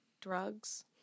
Drugs